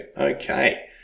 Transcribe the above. Okay